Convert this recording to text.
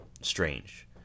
strange